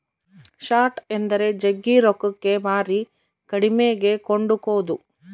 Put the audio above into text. short ಎಂದರೆ ಜಗ್ಗಿ ರೊಕ್ಕಕ್ಕೆ ಮಾರಿ ಕಡಿಮೆಗೆ ಕೊಂಡುಕೊದು